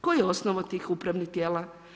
Koja je osnova tih upravnih tijela?